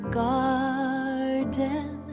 garden